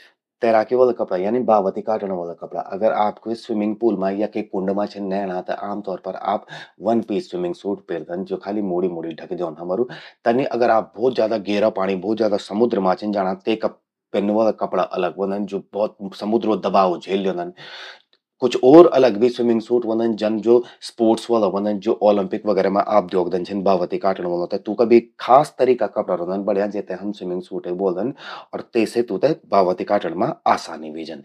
तैराकी वला कपड़ा यानि बावति काटण वला कपड़ा। अगर आप के स्विमिंग पूल मां या के कुंड मां छिन नयणां त आम तौर पर आप वन पीस स्विमिंग सूट पेरदन, ज्वो खालि मूड़ि-मूड़ि पेरि सकदन। तनि आप भौत ज्यादा गेरा पाणि, भौत गेरा समुद्र मां छिन जाणा, त तेका पेन्न वला कपड़ा अलग व्हंदन, जो भौत समुद्रो दबाव झेल ल्यौंदन। कुछ ओर अलग भी स्विमिंग सूट व्हंदन, जन ज्वो स्पोर्ट्स वला व्हंदन, जो ओलंपिक वगैरा मां आप द्योखन छिन बावति काटण वलूं ते। तूंका भी खास तरिका कपड़ा रौंदन बण्यां, जेते हम स्विमिंग सूटे ब्वोल्दन और तेसे तूंते बावति काटण मां आसानी व्हे जंदि।